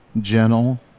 Gentle